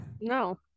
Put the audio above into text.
No